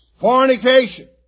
fornication